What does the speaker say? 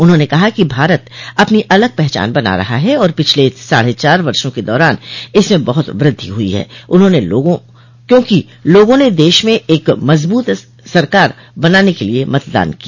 उन्होंने कहा कि भारत अपनी अलग पहचान बना रहा है और पिछले साढ चार वर्षों के दौरान इसमें बहुत वृद्धि हुई है क्योंकि लोगों ने केंद्र में एक मजबूत सरकार बनाने के लिए मतदान किया